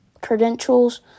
credentials